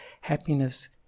happiness